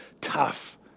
tough